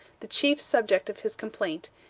the chief subject of his complaint,